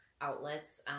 outlets